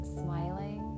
smiling